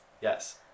Yes